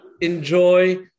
enjoy